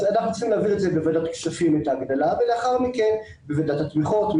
אנחנו צריכים להעביר את ההגדלה בוועדת הכספים ולאחר מכן בוועדת התמיכות,